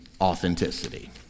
authenticity